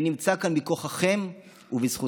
אני נמצא כאן מכוחכם ובזכותכם.